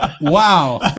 Wow